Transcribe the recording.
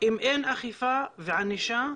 אם אין אכיפה וענישה,